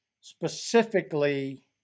specifically